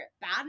bad